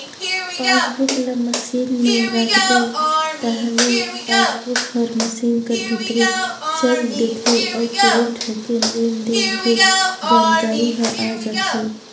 passbook ल machine में राखबे ताहले पासबुक हर मसीन कर भीतरे चइल देथे अउ प्रिंट होके लेन देन के जानकारी ह आ जाथे